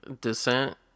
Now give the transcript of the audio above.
descent